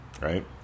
right